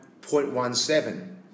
0.17